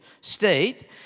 state